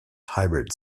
hybrid